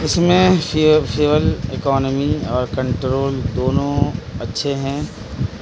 اس میں فی fuel economy اور کنٹرول دونوں اچھے ہیں